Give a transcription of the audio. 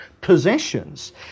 possessions